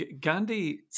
Gandhi